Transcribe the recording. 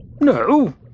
No